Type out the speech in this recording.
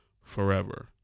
forever